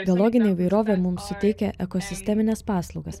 biologinė įvairovė mum suteikia ekosistemines paslaugas